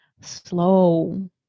slow